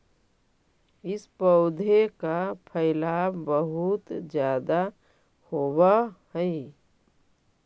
इस पौधे का फैलाव बहुत ज्यादा होवअ हई